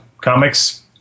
comics